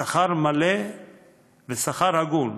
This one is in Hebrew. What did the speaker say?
שכר מלא ושכר הגון,